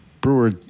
Brewer